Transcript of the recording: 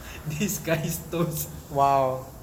disguised toast